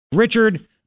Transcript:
Richard